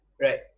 right